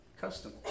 custom